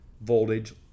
voltage